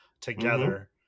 together